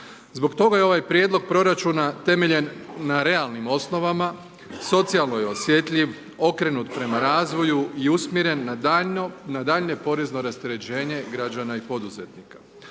Zbog toga je ovaj Prijedlog proračuna temeljen na realnim osnovama, socijalno je osjetljiv, okrenut prema razvoju i usmjeren na daljnje porezno rasterećenje građana i poduzetnika.